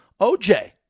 OJ